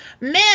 Men